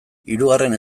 hirugarren